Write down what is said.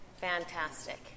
Fantastic